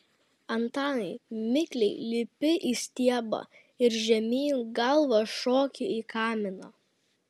antanai mikliai lipi į stiebą ir žemyn galva šoki į kaminą